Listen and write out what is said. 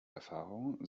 erfahrungen